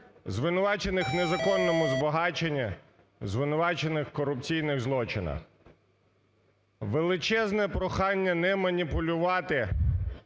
звинувачених в незаконному збагаченні, звинувачених в корупційних злочинах. Величезне прохання не маніпулювати